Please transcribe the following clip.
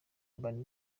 urban